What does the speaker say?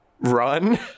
run